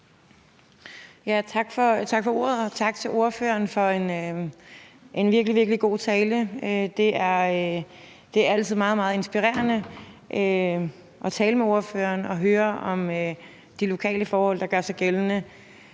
Tak for ordet, og tak til ordføreren for en virkelig, virkelig god tale. Det er altid meget, meget inspirerende at tale med ordføreren og høre om de lokale forhold, der gør sig gældende